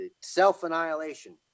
self-annihilation